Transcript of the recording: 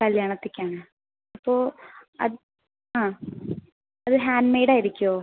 കല്ല്യാണത്തേക്കാണ് അപ്പോൾ ആ ആ അത് ഹാൻഡ് മെയ്ഡായിരിക്കുമോ